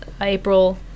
april